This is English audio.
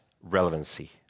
relevancy